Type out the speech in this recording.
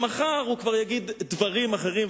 למחר הוא כבר יגיד דברים אחרים,